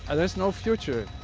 and there is no future,